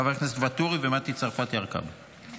חבר הכנסת ואטורי ומטי צרפתי הרכבי.